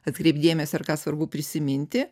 atkreipt dėmesį ar ką svarbu prisiminti